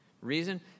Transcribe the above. Reason